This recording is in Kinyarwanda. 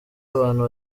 abantu